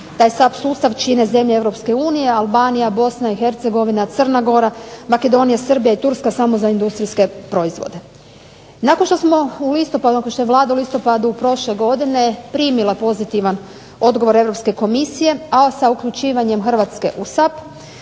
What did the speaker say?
Taj SAB sustav čine zemlje Europske unije, Albanija, Bosna i Hercegovina, Crna gora, Makedonija, Srbija i Turska samo za industrijske proizvode. Nakon što je Vlada u listopadu prošle godine primila pozitivan odgovor Europske komisije a sa uključivanjem Hrvatske u